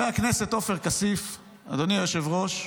אדוני היושב-ראש,